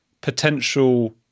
potential